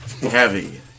heavy